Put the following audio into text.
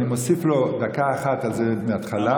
אני מוסיף לו דקה אחת מההתחלה,